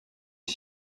des